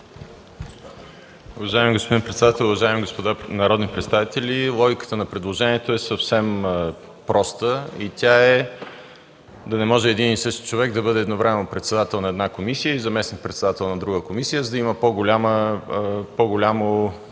Уважаеми господин председател, уважаеми господа народни представители! Логиката на предложението е съвсем проста. Тя е да не може един и същи човек да бъде едновременно председател на една комисия и заместник-председател на друга комисия, за да има по-голяма